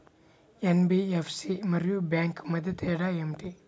NBFC మరియు bank మధ్య తేడా ఏమిటి?